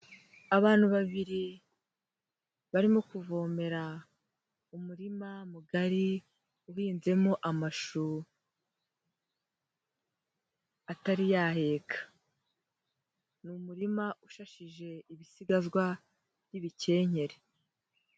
Abantu babiri barimo kuvomera umurima mugari uhinzemo amashu atari yaheka. Ni umurima usashije ibisigazwa by'ibikenkeri.